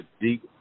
deep